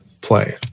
play